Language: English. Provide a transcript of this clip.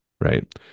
right